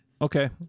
okay